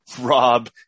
Rob